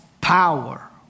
power